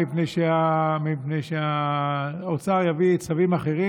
מפני שהאוצר יביא צווים אחרים,